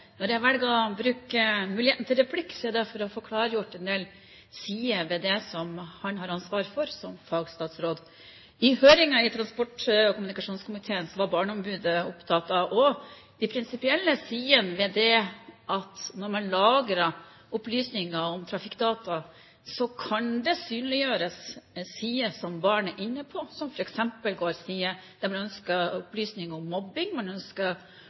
Når jeg velger å bruke muligheten til å ta replikk, er det for å få klargjort en del sider ved det som han har ansvar for som fagstatsråd. I høringen i transport- og kommunikasjonskomiteen var barneombudet opptatt av også de prinsipielle sidene ved dette at når man lagrer opplysninger om trafikkdata, kan det synliggjøre sider som barn er inne på, f.eks. sider der man ønsker opplysning om mobbing, eller ønsker opplysninger av seksuell karakter, ønsker